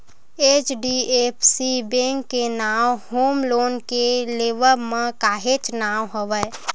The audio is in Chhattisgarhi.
एच.डी.एफ.सी बेंक के नांव होम लोन के लेवब म काहेच नांव हवय